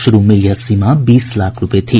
शुरू में यह सीमा बीस लाख रुपए थी